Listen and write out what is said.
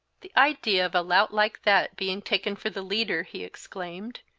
the idea of a lout like that being taken for the leader! he exclaimed.